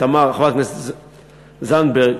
תמר זנדברג,